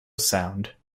sound